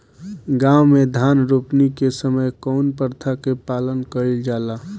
गाँव मे धान रोपनी के समय कउन प्रथा के पालन कइल जाला?